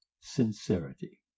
sincerity